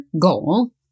goal